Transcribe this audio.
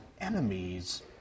enemies